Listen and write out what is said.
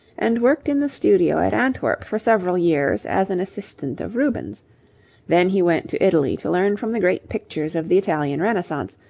and worked in the studio at antwerp for several years as an assistant of rubens then he went to italy to learn from the great pictures of the italian renaissance,